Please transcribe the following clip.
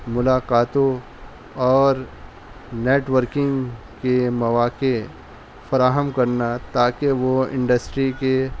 ملاقاتوں اور نیٹورکنگ کے مواقع فراہم کرنا تاکہ وہ انڈسٹری کے